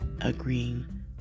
agreeing